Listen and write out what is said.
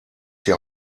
die